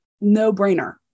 no-brainer